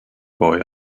boy